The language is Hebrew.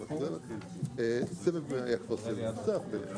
בעיקר בסטארט-אפים